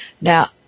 Now